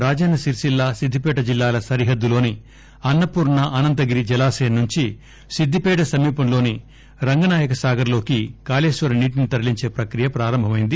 రాజన్స సిరిసిల్ల సిద్దిపేట జిల్లాల సరిహద్దులోని అన్స పూర్ణ అనంతగిరి జలాశయం నుంచి సిద్ధిపేట స సమీపంలోని రంగనాయకసాగర్లోకి కాళేశ్వరం నీటిని తరలించే ప్రక్రియ ప్రారంభమయింది